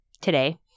today